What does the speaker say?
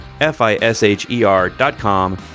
F-I-S-H-E-R.com